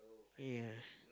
ya